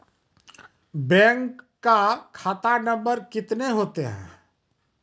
Bank का खाता नम्बर कितने होते हैं?